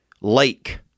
Lake